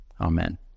Amen